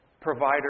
provider